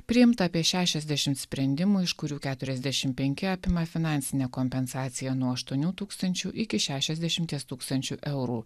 priimta apie šešiasdešimt sprendimų iš kurių keturiasdešimt penki apima finansinę kompensaciją nuo aštuonių tūkstančių iki šešiasdešimt tūkstančių eurų